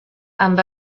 amb